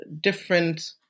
different